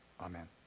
Amen